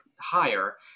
higher